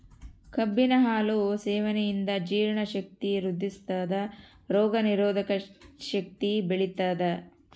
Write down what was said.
ಕಬ್ಬಿನ ಹಾಲು ಸೇವನೆಯಿಂದ ಜೀರ್ಣ ಶಕ್ತಿ ವೃದ್ಧಿಸ್ಥಾದ ರೋಗ ನಿರೋಧಕ ಶಕ್ತಿ ಬೆಳಿತದ